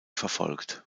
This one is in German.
verfolgt